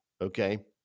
Okay